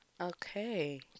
Okay